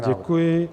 Děkuji.